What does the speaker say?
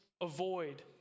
avoid